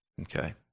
Okay